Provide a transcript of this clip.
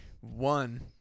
one